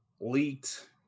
leaked